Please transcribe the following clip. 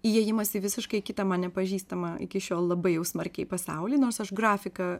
įėjimas į visiškai kitą man nepažįstamą iki šiol labai jau smarkiai pasaulį nors aš grafiką